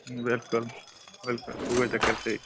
बिलकुल बिलकुल उ'यै चक्कर सेही